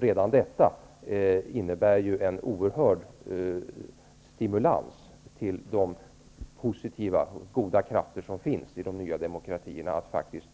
Redan detta innebär ju en oerhörd stimulans för de positiva och goda krafter som finns i de nya demokratierna när det gäller att